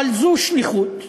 אבל זו שליחות.